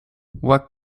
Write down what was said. what